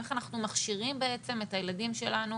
איך אנחנו מכשירים בעצם את הילדים שלנו